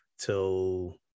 till